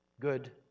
good